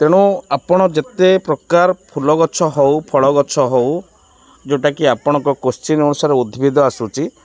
ତେଣୁ ଆପଣ ଯେତେ ପ୍ରକାର ଫୁଲ ଗଛ ହେଉ ଫଳ ଗଛ ହେଉ ଯୋଉଟାକି ଆପଣଙ୍କ କୋଶ୍ଚିନ୍ ଅନୁସାରେ ଉଦ୍ଭିଦ ଆସୁଛି